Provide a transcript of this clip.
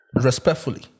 respectfully